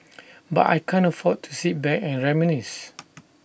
but I can't afford to sit back and reminisce